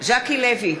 ז'קי לוי,